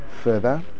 further